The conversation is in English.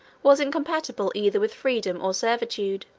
was incompatible either with freedom or servitude